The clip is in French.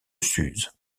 suse